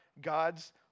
God's